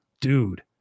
dude